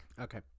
Okay